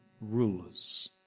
rulers